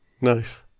Nice